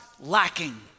lacking